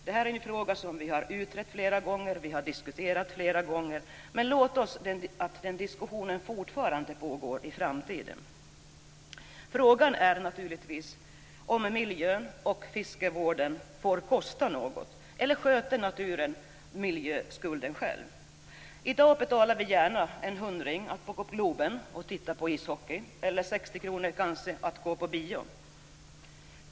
Det här är en fråga som vi har utrett och diskuterat flera gånger, men vi måste låta diskussionen fortsätta även i framtiden. Frågan är naturligtvis om miljön och fiskevården får kosta något eller om naturen sköter miljöskulden själv. I dag betalar vi gärna en hundring för att gå på Globen och titta på ishockey eller 60 kr för att gå på bio.